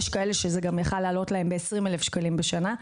כאלה שזה יכל להעלות להם ב-20 אלף שקלים בשנה.